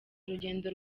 urugendo